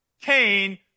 Cain